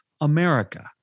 America